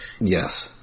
Yes